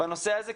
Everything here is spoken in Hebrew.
בנושא הזה,